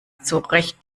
zurecht